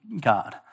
God